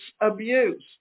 abuse